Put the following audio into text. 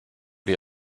die